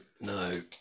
no